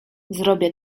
zrobię